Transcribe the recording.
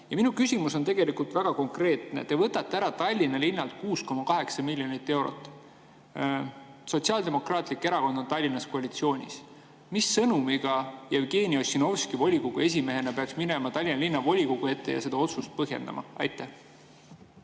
Ja minu küsimus on väga konkreetne. Te võtate ära Tallinna linnalt 6,8 miljonit eurot. Sotsiaaldemokraatlik Erakond on Tallinnas koalitsioonis. Mis sõnumiga Jevgeni Ossinovski volikogu esimehena peaks minema Tallinna Linnavolikogu ette seda otsust põhjendama? Aitäh,